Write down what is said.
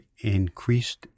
increased